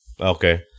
Okay